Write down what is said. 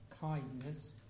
kindness